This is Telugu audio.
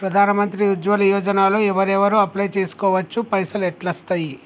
ప్రధాన మంత్రి ఉజ్వల్ యోజన లో ఎవరెవరు అప్లయ్ చేస్కోవచ్చు? పైసల్ ఎట్లస్తయి?